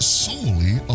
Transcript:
solely